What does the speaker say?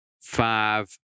Five